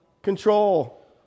Control